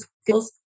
skills